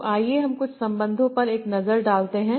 तो आइए हम कुछ संबंधों पर एक नजर डालते हैं